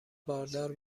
باردار